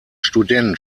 student